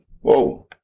whoa